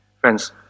Friends